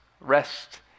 rest